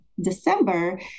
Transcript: December